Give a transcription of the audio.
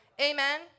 Amen